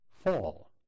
Fall